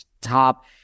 top